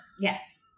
Yes